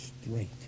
straight